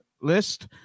list